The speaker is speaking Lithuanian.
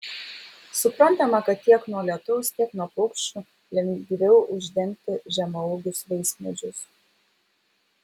suprantama kad tiek nuo lietaus tiek nuo paukščių lengviau uždengti žemaūgius vaismedžius